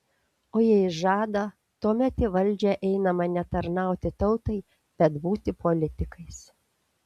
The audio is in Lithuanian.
o jei žada tuomet į valdžią einama ne tarnauti tautai bet būti politikais